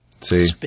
see